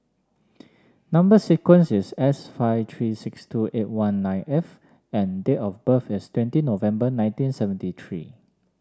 number sequence is S five three six two eight one nine F and date of birth is twenty November nineteen seventy three